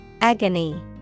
Agony